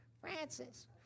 Francis